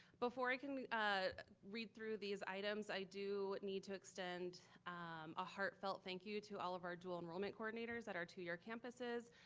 before i can read through these items, i do need to extend a heartfelt thank you to all of our dual enrollment coordinators at our two-year campuses,